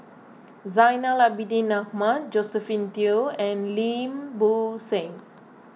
Zainal Abidin Ahmad Josephine Teo and Lim Bo Seng